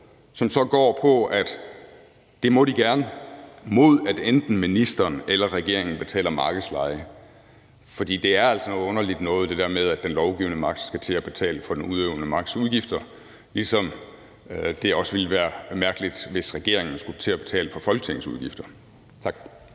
som så går på, at det må de gerne, mod at enten ministeren eller regeringen betaler markedsleje. For det er altså noget underligt noget, at den lovgivende magt skal til at betale for den udøvende magts udgifter, ligesom det også ville være mærkeligt, hvis regeringen skulle til at betale for Folketingets udgifter. Tak.